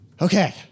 Okay